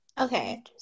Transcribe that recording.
Okay